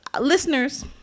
listeners